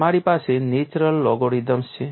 તમારી પાસે natural logarithms છે